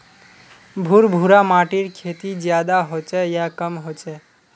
भुर भुरा माटिर खेती ज्यादा होचे या कम होचए?